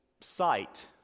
sight